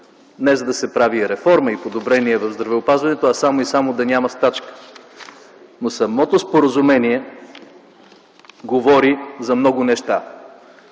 не за да се прави реформа и подобрение в здравеопазването, а само и само да няма стачка. Но самото споразумение говори за много неща.